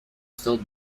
still